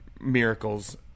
miracles